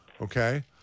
Okay